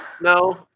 No